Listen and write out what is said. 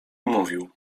mówił